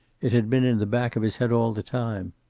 it had been in the back of his head all the time.